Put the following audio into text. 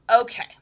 Okay